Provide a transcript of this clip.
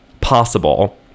Possible